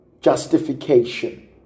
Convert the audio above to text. justification